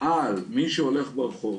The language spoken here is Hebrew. על מי שהולך ברחוב.